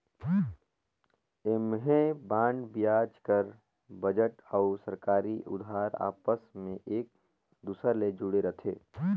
ऐम्हें बांड बियाज दर, बजट अउ सरकारी उधार आपस मे एक दूसर ले जुड़े रथे